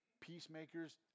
peacemakers